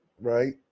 Right